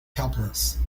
helpless